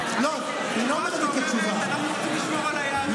אנחנו רוצים לשמור על היהדות,